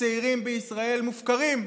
הצעירים בישראל מופקרים,